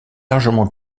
largement